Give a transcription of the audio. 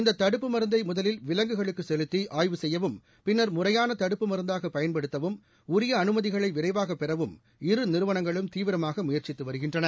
இந்த தடுப்பு மருந்தை முதலில் விலங்குகளுக்கு செலுத்தி ஆய்வு செய்யவும் பின்னர் முறையான தடுப்பு மருந்தாக பயன்படுத்தவும் உரிய அனுமதிகளை விரைவாக பெறவும் இரு நிறுவனங்களும் தீவிரமாக முயற்சித்து வருகின்றன